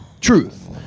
truth